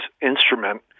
instrument